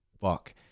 fuck